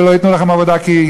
ולא ייתנו לכם עבודה כי,